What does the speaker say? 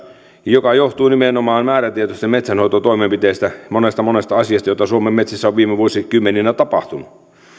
joka johtuu nimenomaan määrätietoisista metsänhoitotoimenpiteistä monesta monesta asiasta joita suomen metsissä on viime vuosikymmeninä tapahtunut